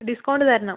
discount തരണം